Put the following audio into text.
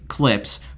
clips